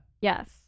Yes